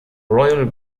royal